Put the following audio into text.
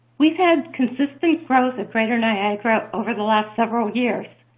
we've had consistent growth at greater niagara over the last several years.